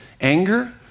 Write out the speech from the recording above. Anger